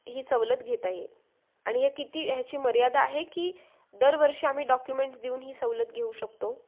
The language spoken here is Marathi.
ही सवलत घेता येईल आणि हे किती ह्याची मर्यादा आहे की दरवर्षी आम्ही डॉक्युमेंट्स देऊन ही सवलत घेऊ शकतो